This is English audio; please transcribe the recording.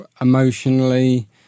emotionally